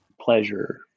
pleasure